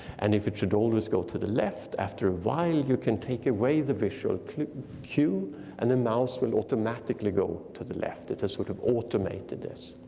and if it should always go to the left, after a while, you can take away the visual cue and the mouse will automatically go to the left. it has sort of automated this.